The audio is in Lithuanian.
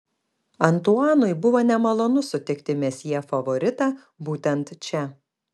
antuanui buvo nemalonu sutikti mesjė favoritą būtent čia